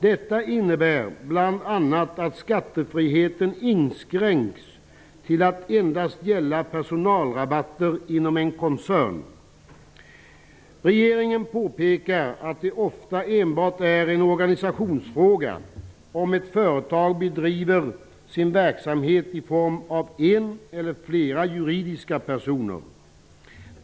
Det innebär bl.a. att skattefriheten inskränks till att endast gälla personalrabatter inom en koncern. Regeringen påpekar att det ofta enbart är en organisationsfråga om ett företag bedriver sin verksamhet i form av en eller flera juridiska personer.